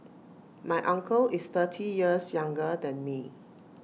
my uncle is thirty years younger than me